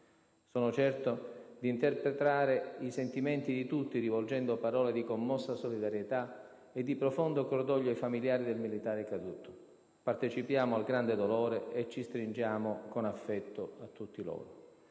Sono certo d'interpretare i sentimenti di tutti rivolgendo parole di commossa solidarietà e di profondo cordoglio ai familiari del militare caduto. Partecipiamo al grande dolore e ci stringiamo con affetto a tutti loro.